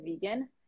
vegan